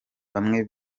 bamwe